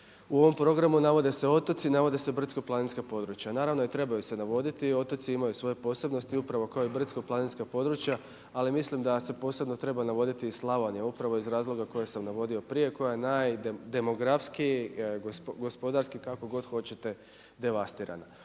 u ovom programu navode se otoci, navode se brdsko-planinska područja. Naravno i trebaju se navoditi i otoci imaju svoje posebnosti upravo kao i brdsko-planinska područja ali mislim da se posebno treba navoditi i Slavonija upravo iz razloga koje sam navodio prije, koja je najdemografskiji, gospodarski kako god hoćete devastirana.